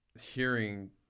hearing